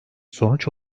sonuç